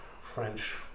French